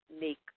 make